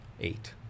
Eight